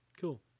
Cool